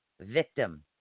Victim